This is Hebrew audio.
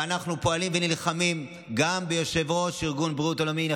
ואנחנו פועלים ונלחמים גם ביושב-ראש ארגון הבריאות העולמי.